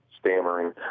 stammering